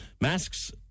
Masks